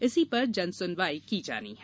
इसी पर जन सुनवाई की जानी है